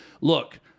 Look